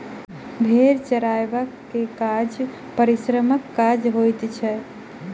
भेंड़ चरयबाक काज परिश्रमक काज होइत छै